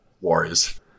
Warriors